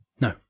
No